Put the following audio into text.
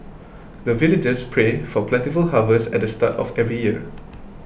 the villagers pray for plentiful harvest at start of every year